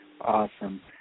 Awesome